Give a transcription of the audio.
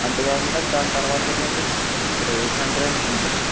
అంతేకాకుండా దాని తర్వాతేంటంటే సంక్రాంతి అండి